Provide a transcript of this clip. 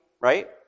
right